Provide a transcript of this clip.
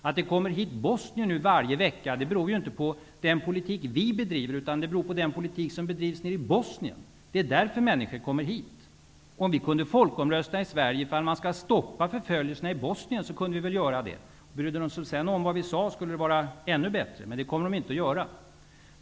Att det nu kommer hit bosnier varje vecka beror inte på den politik vi bedriver utan på den politik som bedrivs nere i Bosnien. Det är därför människor kommer hit. Om vi kunde folkomrösta i Sverige om huruvida man skall stoppa förföljelserna i Bosnien kunde vi väl göra det. Om de sedan brydde sig om vad vi sade skulle det vara ännu bättre, men det kommer de inte att göra.